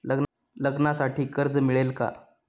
लग्नासाठी कर्ज मिळेल का?